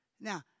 Now